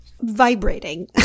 vibrating